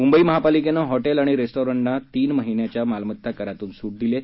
मुंबई महापालिकेनं हॉटेल आणि रेस्टॉरंटना तीन महिन्याच्या मालमत्ता करात सूट दिली आहे